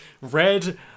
red